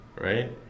right